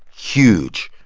huge.